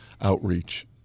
outreach